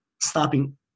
stopping